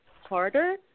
harder